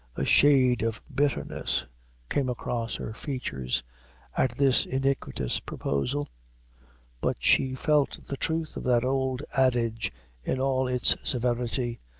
a shade of bitterness came across her features at this iniquitous proposal but she felt the truth of that old adage in all its severity,